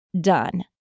done